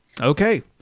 Okay